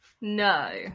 no